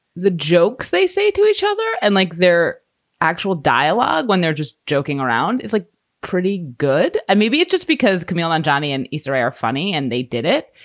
the jokes they say to each other and like their actual dialogue when they're just joking around is like pretty good. and maybe it's just because camille anjani and israel are funny and they did it.